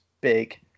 big